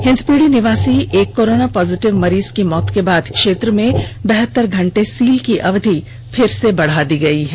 हिंदपीढ़ी निवासी एक corona positive मरीज की मौत के बाद क्षेत्र में बहतर घंटे सील की अवधि फिर से बढ़ा दी गयी है